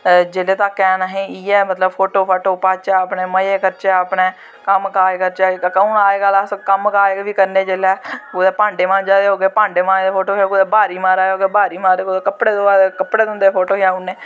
जिन्ने तक हैन इयै मतलव फोटो फाटो पाच्चै अपनै मज़े करचै अपनै कम्म काज करचै हून अस कम्म काज़ बी करचै जिसलै कुदै भांडे मांजा दे होगे भांडे मांजदे फोटो खचाई कुदै ब्हारी मारा दे होगै ब्हारी मारदे कुदै कपड़े धोआदे होच्चै कपड़े धोंदे खचाउड़ने